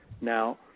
Now